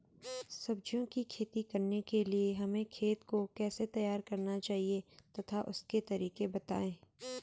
सब्जियों की खेती करने के लिए हमें खेत को कैसे तैयार करना चाहिए तथा उसके तरीके बताएं?